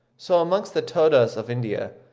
so amongst the todas of india,